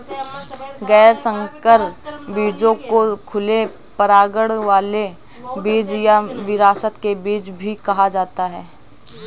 गैर संकर बीजों को खुले परागण वाले बीज या विरासत के बीज भी कहा जाता है